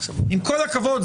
עם כל הכבוד,